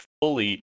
fully